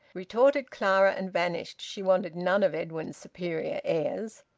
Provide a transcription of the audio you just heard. retorted clara, and vanished, she wanted none of edwin's superior airs.